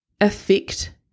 affect